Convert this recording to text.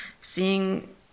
seeing